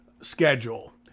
schedule